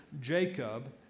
Jacob